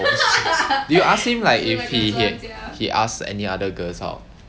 我不是 did you ask him like if he he asked any other girls out